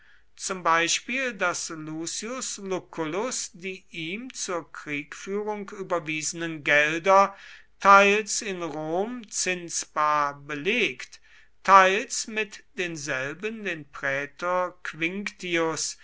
zum beispiel daß lucius lucullus die ihm zur kriegführung überwiesenen gelder teils in rom zinsbar belegt teils mit denselben den prätor quinctius